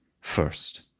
first